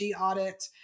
audit